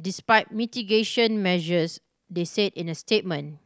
despite mitigation measures they said in a statement